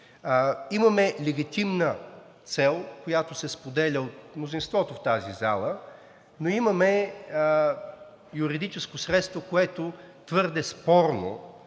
имаме легитимна цел, която се споделя от мнозинството в тази зала, но имаме юридическо средство, което твърде спорно